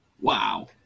Wow